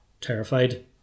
terrified